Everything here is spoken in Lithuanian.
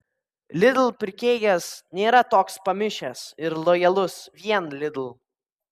lidl pirkėjas nėra toks pamišęs ir lojalus vien lidl